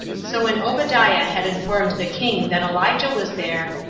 so when obadiah had informed the king that elijah was there,